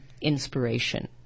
inspiration